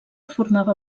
formava